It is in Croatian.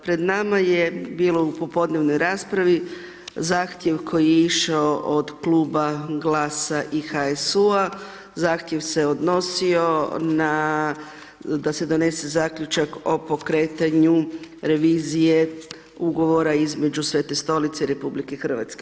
Pred nama je bilo u popodnevnoj raspravi zahtjev koji je išao od kluba GLAS-a i HSU-a, zahtjev se odnosio da se donese zaključak o pokretanju revizije ugovora između Svete Stolice i RH.